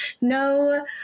no